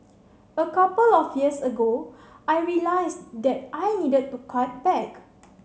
a couple of years ago I realised that I needed to cut back